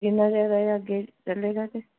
ਜਿੰਨਾ ਚਿਰ ਇਹ ਅੱਗੇ ਚੱਲੇਗਾ ਤੇ